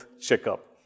checkup